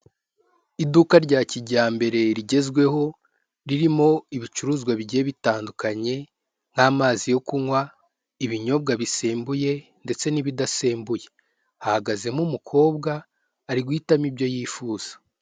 Iduka rya kijyambere rigezweho ririmo ibicuruzwa bigiye bitandukanye: nk'amazi yo kunywa, ibinyobwa bisembuye ndetse n'ibidasembuye, hahagazemo umukobwa ari guhitamo ibyo yifuza.